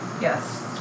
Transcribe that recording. Yes